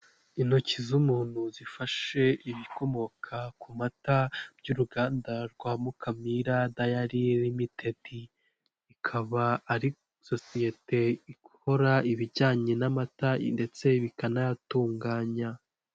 Intoki z'umuntu zifashe ibikomoka ku mata by'uruganda rwa Mukamira dayari limitedi, ikaba ari sosiyete ikora ibijyanye n'amata ndetse bikanayatunganya.